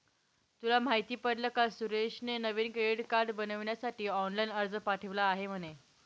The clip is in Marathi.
तुला माहित पडल का सुरेशने नवीन क्रेडीट कार्ड बनविण्यासाठी ऑनलाइन अर्ज पाठविला आहे म्हणे